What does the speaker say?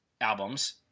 albums